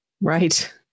right